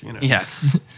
Yes